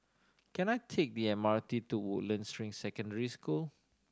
can I take the M R T to Woodlands Ring Secondary School